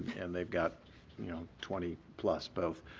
and they've got and you know twenty plus both.